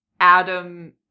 Adam